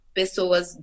pessoas